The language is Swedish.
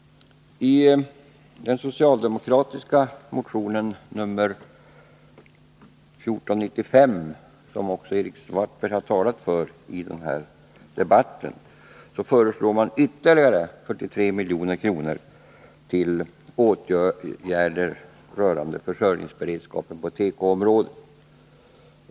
I den socialdemokratiska motionen 1495, som Karl-Erik Svartberg talat för i den här debatten, föreslås att 43 milj.kr. ytterligare skall anvisas för åtgärder rörande försörjningsberedskapen på tekoområdet.